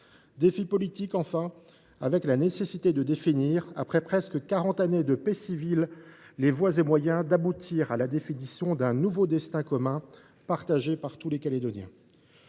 Défi politique, enfin, avec la nécessité de définir, après presque quarante ans de paix civile, les voies et moyens permettant d’aboutir à la définition d’un destin commun, partagé par tous les Calédoniens.